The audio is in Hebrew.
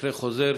מקרה חוזר,